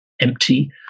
empty